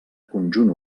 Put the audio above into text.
conjunt